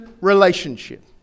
relationship